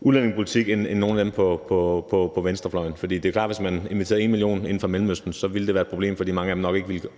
udlændingepolitik end nogle af dem på venstrefløjen. For det er klart, at hvis man inviterede en million mennesker fra Mellemøsten ind, ville det være et problem, fordi mange af dem nok ikke ville